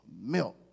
milk